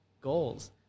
goals